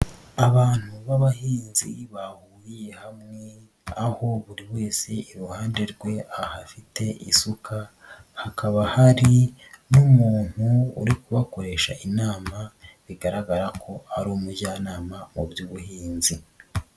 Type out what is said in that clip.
Abantu b'abahinzi bahuriye hamwe aho buri wese iruhande rwe ahafite isuka, hakaba hari n'umuntu uri kubakoresha inama bigaragara ko ari umujyanama mu by'ubuhinzi.